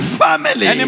family